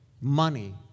money